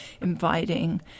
inviting